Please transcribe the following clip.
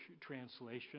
translation